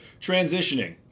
Transitioning